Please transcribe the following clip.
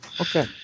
okay